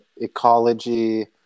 ecology